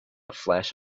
flash